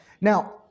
now